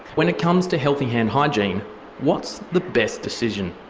when it comes to healthy hand hygiene what's the best decision?